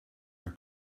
the